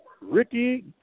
Ricky